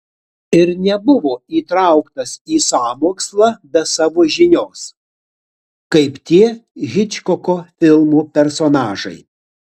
ir nebuvo įtrauktas į sąmokslą be savo žinios kaip tie hičkoko filmų personažai